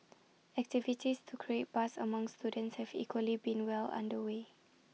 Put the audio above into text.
activities to create buzz among students have equally been well under way